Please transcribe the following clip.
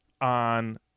on